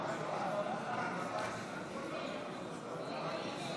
חברי הכנסת,